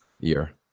year